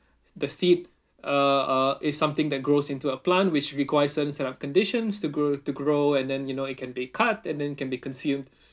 the seed uh uh it's something that grows into a plant which requires certain set of conditions to grow to grow and then you know it can be cut and then can be consumed